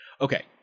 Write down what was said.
Okay